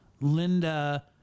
Linda